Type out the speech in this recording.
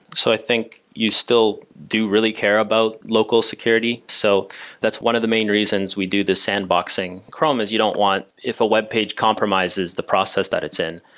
so i think you still do really care about local security. so that's one of the main reasons we do the sandboxing chrome is you don't want if a webpage compromises the process that it's in,